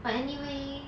but anyway